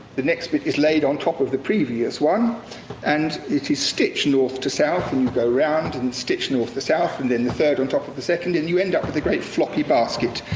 the next bit is laid on top of the previous one and it is stitched north to south, and go round and stitch north to south, and then the third on top of the second and you end up with a great floppy basket.